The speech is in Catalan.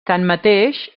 tanmateix